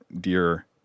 dear